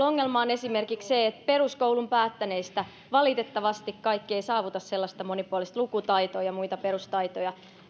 ongelma on esimerkiksi se että peruskoulun päättäneistä valitettavasti kaikki eivät saavuta sellaista monipuolista lukutaitoa ja muita perustaitoja